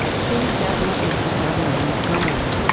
feed does not necessarily mean grain.